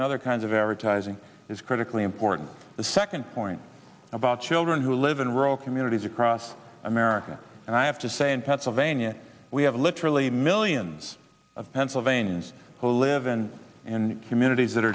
and other kinds of very ties is critically important the second point about children who live in rural communities across america and i have to say in pennsylvania we have literally millions of pennsylvania's live and in communities that